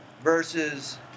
versus